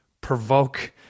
provoke